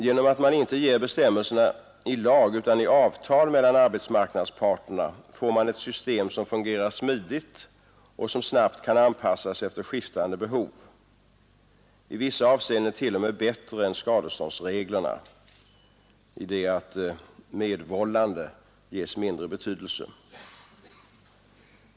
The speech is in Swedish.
Genom att man inte ger bestämmelserna i lag utan i avtal mellan arbetsmarknadsparterna får man ett system som fungerar smidigt, som snabbt kan anpassas efter skiftande behov och som i vissa avseenden t.o.m. är bättre än skadeståndsreglerna — medvållande ges mindre betydelse.